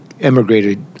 emigrated